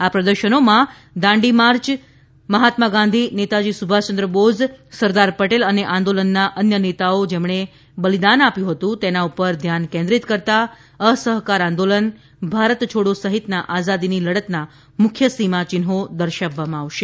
આ પ્રદર્શનોમાં દાંડી માર્ચ મહાત્મા ગાંધી નેતાજી સુભાષચંદ્ર બોઝ સરદાર પટેલ અને આંદોલનના અન્ય નેતાઓ જેમણે બલિદાન આપ્યું હતું તેના પર ધ્યાન કેન્દ્રિત કરતા અસહકાર આંદોલન ભારત છોડો સહિતના આઝાદીની લડતના મુખ્ય સીમાચિહ્નો દર્શાવવામાં આવશે